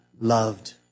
loved